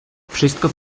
wszystko